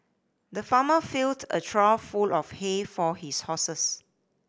the farmer filled a trough full of hay for his horses